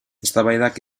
eztabaidak